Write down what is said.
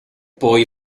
poi